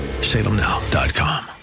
salemnow.com